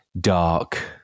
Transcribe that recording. dark